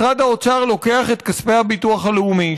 משרד האוצר לוקח את כספי הביטוח הלאומי,